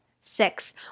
Six